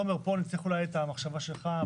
פה, תומר, צריך אולי את המחשבה שלך.